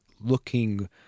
looking